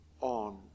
on